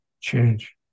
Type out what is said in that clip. change